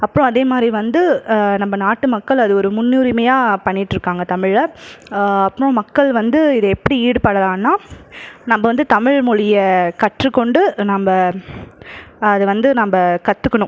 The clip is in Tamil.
அப்புறம் அதே மாதிரி வந்து நம்ம நாட்டு மக்கள் அது ஒரு முன்னுரிமையாக பண்ணிட்டிருக்காங்க தமிழில் அப்புறம் மக்கள் வந்து இதை எப்படி ஈடுப்படலான்னா நம்ம வந்து தமிழ்மொழியை கற்றுக்கொண்டு நம்ம அது வந்து நம்ம கற்றுக்கணும்